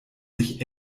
sich